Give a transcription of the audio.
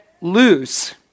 Lose